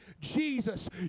Jesus